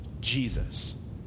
Jesus